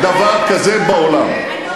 אין דבר כזה בעולם,